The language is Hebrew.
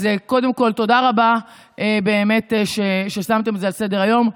תודה רבה על ששמתם את זה על סדר-היום,